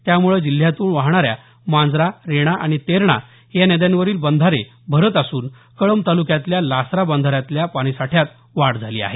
त्यामुळे जिल्ह्यातून वाहणाऱ्या मांजरा रेणा आणि तेरणा या नद्यावरील बंधारे भरत असून कळंब तालुक्यातल्या लासरा बंधाऱ्यातल्या पाणीसाठ्यात वाढ होत आहे